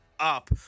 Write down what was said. Up